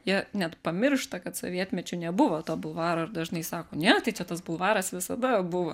jie net pamiršta kad sovietmečiu nebuvo to bulvaro ir dažnai sako ne tai čia tas bulvaras visada buvo